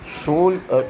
સોળ